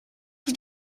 mit